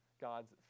God's